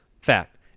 fact